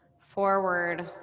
forward